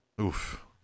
Oof